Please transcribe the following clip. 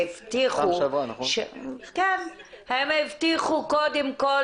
והם הבטיחו קודם כל,